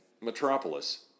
Metropolis